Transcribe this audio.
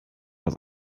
aus